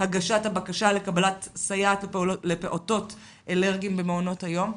הגשת הבקשה לקבלת סייעת לפעוטות אלרגיים במעונות היום.